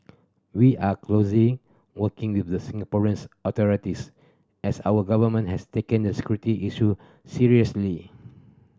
we are closely working with the Singaporeans authorities as our government has taken the security issue seriously